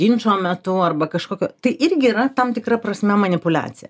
ginčo metu arba kažkokio tai irgi yra tam tikra prasme manipuliacija